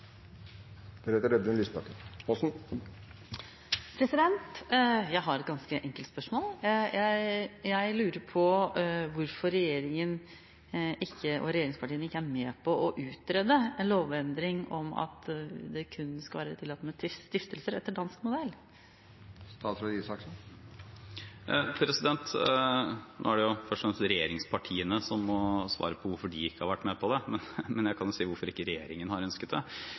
Jeg har et ganske enkelt spørsmål. Jeg lurer på hvorfor regjeringen og regjeringspartiene ikke er med på å utrede en lovendring om at det kun skal være tillatt med stiftelser, etter dansk modell. Regjeringspartiene må svare på hvorfor de ikke har vært med på det, men jeg kan si noe om hvorfor regjeringen ikke har ønsket det.